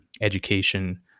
Education